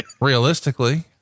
Realistically